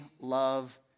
love